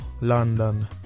London